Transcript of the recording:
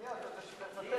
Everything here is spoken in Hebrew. מי אמר את זה, אדוני?